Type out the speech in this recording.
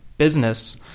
business